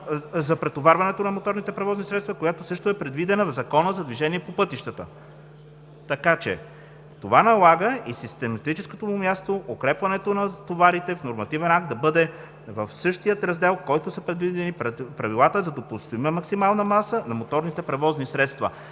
за претоварването на моторните превозни средства, която също е предвидена в Закона за движение по пътищата. Това налага и систематическото място е укрепването на товарите в нормативен акт да бъде в същия раздел, в който са предвидени правилата за допустима максимална маса на моторните превозни средства.